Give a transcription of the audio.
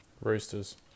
Roosters